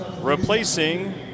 replacing